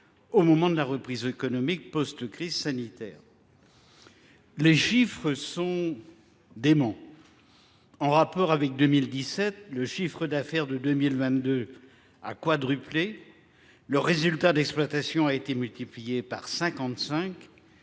au moment de la reprise économique post crise sanitaire. Les chiffres sont déments. Entre 2017 et 2022, le chiffre d’affaires de cette entreprise a quadruplé, le résultat d’exploitation a été multiplié par